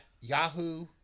yahoo